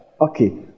okay